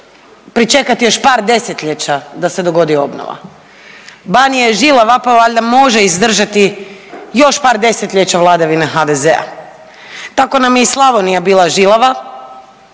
pričekati još par desetljeća da se dogodi obnova. Banija je žilava pa valjda može izdržati još par desetljeća vladavine HDZ-a. Tako nam je i Slavonija bila žilava